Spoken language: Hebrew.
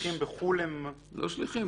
השליחים בחו"ל הם --- לא שליחים,